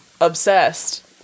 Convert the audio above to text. obsessed